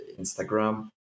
Instagram